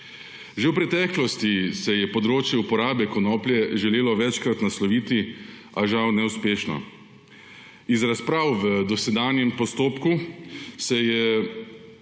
Že v preteklosti se je področje uporabe konoplje želelo večkrat nasloviti, a žal neuspešno. Iz razprav v dosedanjem postopku se v